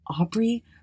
Aubrey